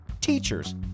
teachers